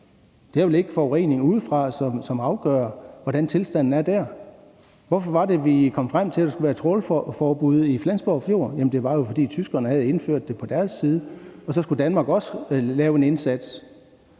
Det er vel ikke forureninger udefra, som afgør, hvordan tilstanden er dér? Hvorfor var det, vi kom frem til, at der skulle være trawlforbud i Flensborg Fjord? Det var jo, fordi tyskerne havde indført det på deres side, og så skulle Danmark også gøre en indsats.